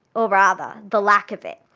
or rather the lack of it.